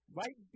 right